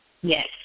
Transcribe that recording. Yes